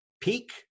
peak